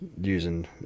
using